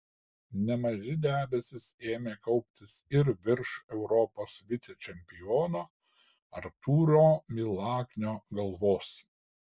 nemaži debesys ėmė kauptis ir virš europos vicečempiono artūro milaknio galvos